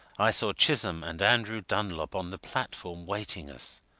i saw chisholm and andrew dunlop on the platform waiting us.